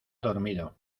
dormido